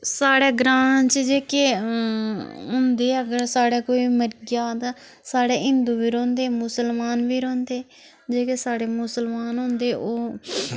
साढ़े ग्रांऽ च जेह्के होंदे अगर साढ़ै कोई मरी जा तां साढ़े हिंदू बी रौंदे मुसलमान बी रौंदे जेह्के साढ़े मुसलमान होंदे ओह्